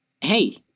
Hey